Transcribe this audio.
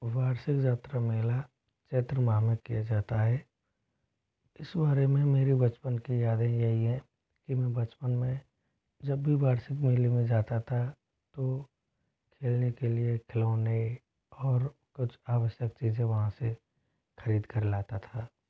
वार्षिक यात्रा मेला चैत्र माह में किया जाता है इस बारे में मेरी बचपन की यादें यही हैं कि मैं बचपन में जब भी वार्षिक मेले में जाता था तो खेलने के लिए खिलौने और कुछ आवश्यक चीज़ें वहाँ से खरीद कर लाता था